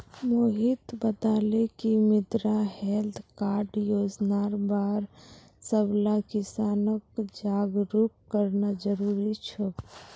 मोहित बताले कि मृदा हैल्थ कार्ड योजनार बार सबला किसानक जागरूक करना जरूरी छोक